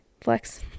flex